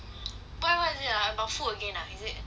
but what is it ah about food again ah is it is like